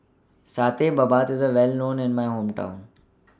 Satay Babat IS A Well known in My Hometown